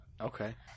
Okay